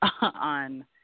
on